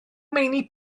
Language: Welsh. meini